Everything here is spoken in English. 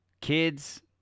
kids